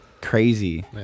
crazy